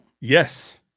yes